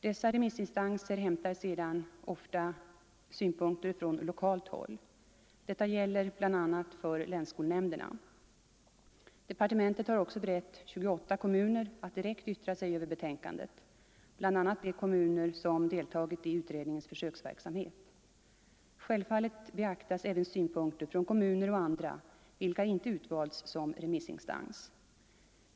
Dessa remissinstanser — Nr 111 inhämtar alltså ofta synpunkter från lokalt håll. Detta gäller bl.a. för Torsdagen den länsskolnämnderna. Departementet har också berett 28 kommuner tillfälle 31 oktober 1974 att direkt yttra sig över betänkandet, bl.a. de kommuner som deltagit i = utredningens försöksverksamhet. Självfallet beaktas även synpunkter från Ang. remissbehandkommuner och andra vilka inte utvalts som remissinstans.